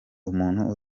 umuntu